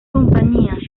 compañías